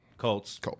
Colts